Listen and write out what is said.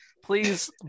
please